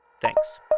Thanks